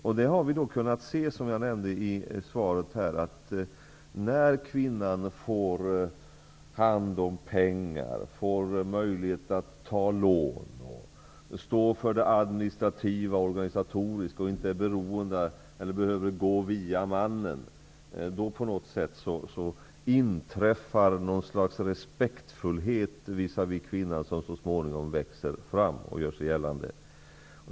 Vi har kunnat se, som jag nämnde i mitt svar, att när kvinnan får ta hand om pengar, får möjlighet att ta lån, får stå för det administrativa och organisatoriska, inte är beroende eller behöver gå via mannen, då inträffar något slags känsla av respekt visavi kvinnan -- något som så småningom växer fram och gör sig gällande.